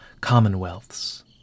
commonwealths